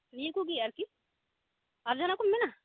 ᱱᱤᱭᱟᱹᱠᱩ ᱜᱤ ᱟᱨᱠᱤ ᱟᱨ ᱡᱟᱦᱟᱸᱱᱟᱜ ᱠᱩᱢ ᱢᱮᱱᱟ